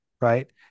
right